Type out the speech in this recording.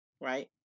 right